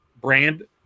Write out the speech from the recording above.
brand